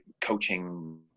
coaching